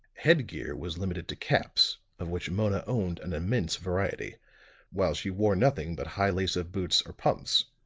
headgear was limited to caps, of which mona owned an immense variety while she wore nothing but high lace-up boots or pumps.